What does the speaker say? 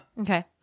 Okay